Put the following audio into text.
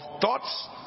thoughts